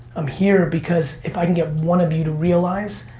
i'm here because if i can get one of you to realize,